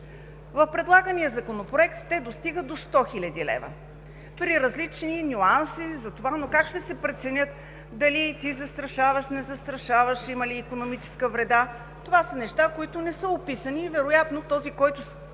В предлагания законопроект те достигат до 100 хил. лв., при различни нюанси за това. Но как ще се прецени дали ти застрашаваш, не застрашаваш, има ли икономическа вреда? Това са неща, които не са описани, и вероятно този, който